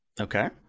Okay